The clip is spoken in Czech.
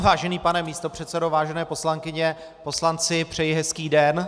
Vážený pane místopředsedo, vážené poslankyně, poslanci, přeji hezký den.